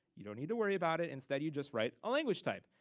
you don't need to worry about it. instead you just write a language type,